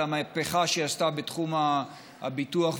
שהיא עשתה בתחום הביטוח,